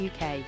UK